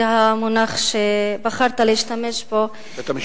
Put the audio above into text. זה המונח שבחרת להשתמש בו, בית-המשפט,